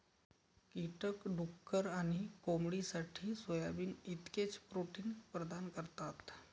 कीटक डुक्कर आणि कोंबडीसाठी सोयाबीन इतकेच प्रोटीन प्रदान करतात